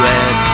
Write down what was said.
Red